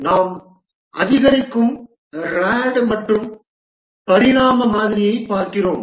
நாம் அதிகரிக்கும் RAD மற்றும் பரிணாம மாதிரியைப் பார்க்கிறோம்